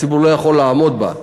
הציבור לא יוכל לעמוד בה,